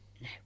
No